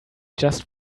just